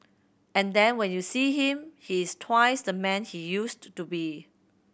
and then when you see him he is twice the man he used to be